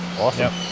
Awesome